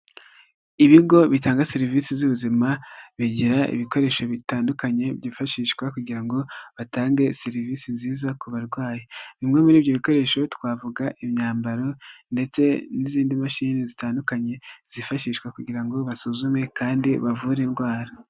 Ibigo bitanga serivisi z'ubuzima, bigira ibikoresho bitandukanye, byifashishwa kugira ngo batange serivisi nziza ku barwayi, bimwe muri ibyo bikoresho twavuga, imyambaro ndetse n'izindi mashini zitandukanye, zifashishwa kugira ngo basuzume kandi bavure indwara.